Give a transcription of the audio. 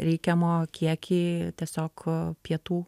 reikiamą kiekį tiesiog pietų